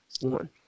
one